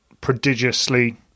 prodigiously